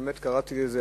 באמת קראתי לזה,